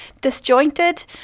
disjointed